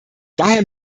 daher